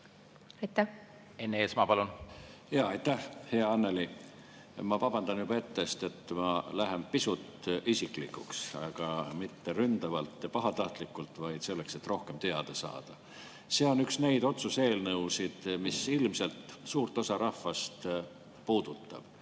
Enn Eesmaa, palun! Aitäh! Hea Annely, ma vabandan juba ette, sest ma lähen pisut isiklikuks, aga mitte ründavalt ja pahatahtlikult, vaid selleks, et rohkem teada saada. See on üks neid otsuse eelnõusid, mis ilmselt puudutab suurt osa rahvast. Kui teha